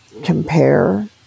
compare